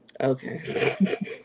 Okay